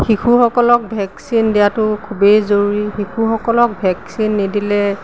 শিশুসকলক ভেকচিন দিয়াটো খুবেই জৰুৰী শিশুসকলক ভেকচিন নিদিলে